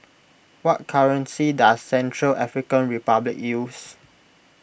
what currency does Central African Republic use